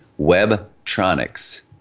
Webtronics